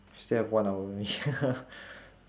still have one hour only